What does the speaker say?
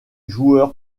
joueur